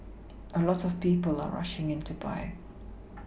a lot of people are rushing in to buy